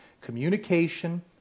Communication